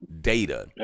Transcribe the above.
data